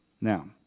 Now